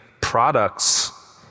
products